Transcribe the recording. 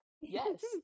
Yes